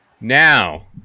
Now